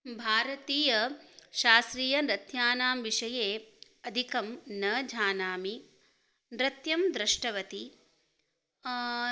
भारतीयशास्त्रीयनृत्यानां विषये अधिकं न जानामि नृत्यं दृष्टवती